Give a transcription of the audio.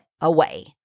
away